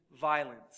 violence